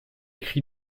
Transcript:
cris